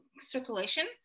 circulation